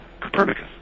Copernicus